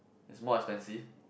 is more expensive